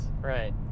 Right